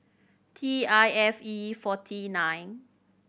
T I F E forty nine